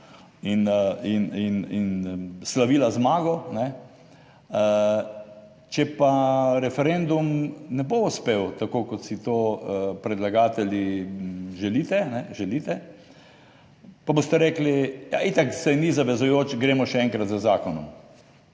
in slavila zmago ne če pa referendum ne bo uspel tako kot si to predlagatelji želite, pa boste rekli, ja itak, saj ni zavezujoč, gremo še enkrat z zakonom.